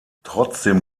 trotzdem